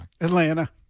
Atlanta